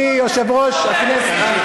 של נעליך מעל רגליך כשאתה מדבר על אריאל שרון.